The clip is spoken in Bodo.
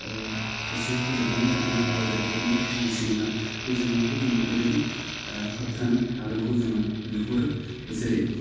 जिउ फोजोबनानै लानाय आबादारिफोरनि जि जेंना बे जेंनाखौ जों ओरैबायदि होबथानो हागोनखौ जोङो नुहुरो जेरै